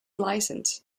license